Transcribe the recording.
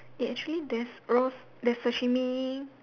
eh actually there's raw there's sashimi